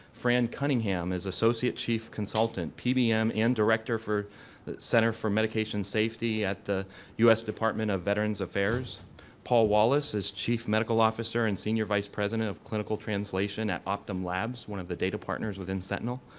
fran cunningham is associate chief consultant, pbm, and director for center for medication safety at the u s. department of veterans affairs paul wallace is chief medical officer and senior vice president of clinical translation at optum labs, one of the data partners within sentinel,